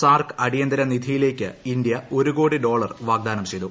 SAARC അടിയന്തിര നിധിയിലേക്ക് India ഒരു കോടി ഡോളർ വാഗ്ദാനം ചെയ്തു